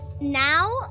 now